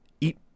eat